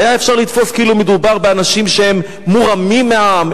והיה אפשר לתפוס כאילו מדובר באנשים שהם מורמים מעם,